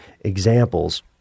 examples